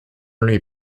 lui